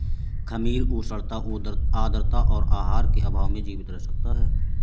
खमीर उष्णता आद्रता और आहार के अभाव में जीवित रह सकता है